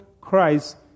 Christ